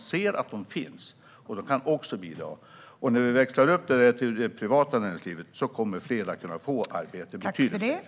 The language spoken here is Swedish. Men de ser att de finns, och de kan också bidra. När vi växlar upp detta till det privata näringslivet kommer fler att kunna få arbete - betydligt fler.